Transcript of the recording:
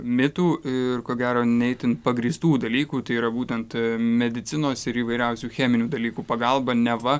mitų ir ko gero ne itin pagrįstų dalykų tai yra būtent medicinos ir įvairiausių cheminių dalykų pagalba neva